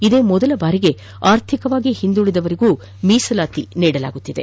ಇದೇ ಮೊದಲ ಬಾರಿಗೆ ಆರ್ಥಿಕವಾಗಿ ಹಿಂದುಳಿದವರಿಗೆ ಮೀಸಲಾತಿ ಕೂಡ ನೀಡಲಾಗುತ್ತಿದೆ